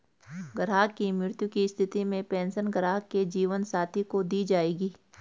ग्राहक की मृत्यु की स्थिति में पेंशन ग्राहक के जीवन साथी को दी जायेगी